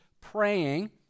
praying